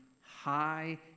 high